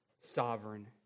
sovereign